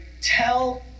Tell